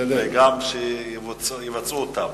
וגם שיבצעו אותן.